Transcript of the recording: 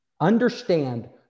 understand